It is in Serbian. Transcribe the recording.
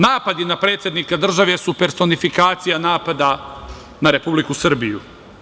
Napadi na predsednika države su personifikacija napada na Republiku Srbiju.